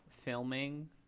filming